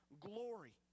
glory